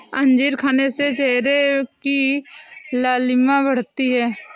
अंजीर खाने से चेहरे की लालिमा बढ़ती है